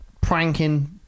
pranking